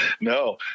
No